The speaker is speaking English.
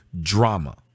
drama